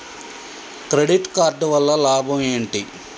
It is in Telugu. క్రెడిట్ కార్డు వల్ల లాభం ఏంటి?